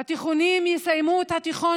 בתיכונים, יסיימו את התיכון